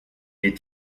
est